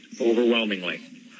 overwhelmingly